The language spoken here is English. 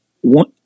one